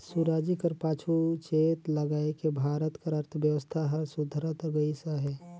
सुराजी कर पाछू चेत लगाएके भारत कर अर्थबेवस्था हर सुधरत गइस अहे